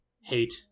hate